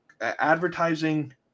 advertising